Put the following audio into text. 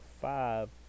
five